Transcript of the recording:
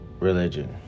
Religion